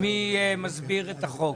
נא להסביר את החוק.